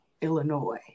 Illinois